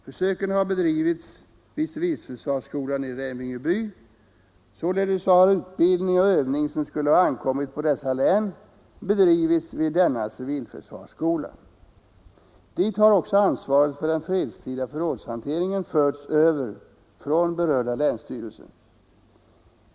Försöken har bedrivits vid civilförsvarsskolan i Revingeby. Sålunda har utbildning och övning som skulle ha ankommit på dessa län bedrivits vid denna civilförsvarsskola. Dit har också ansvaret för den fredstida förrådshanteringen förts över från berörda länsstyrelser.